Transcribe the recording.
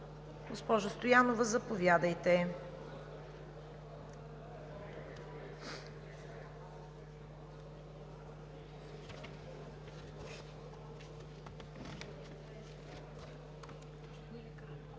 госпожа Стоянова. Заповядайте.